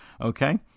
Okay